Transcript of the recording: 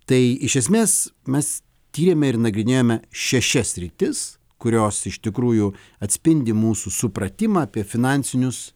tai iš esmės mes tyrėme ir nagrinėjome šešias sritis kurios iš tikrųjų atspindi mūsų supratimą apie finansinius